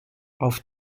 auf